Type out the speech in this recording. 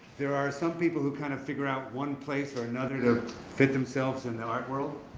there are some people who kind of figure out one place or another to fit themselves in the art world.